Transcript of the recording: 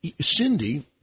Cindy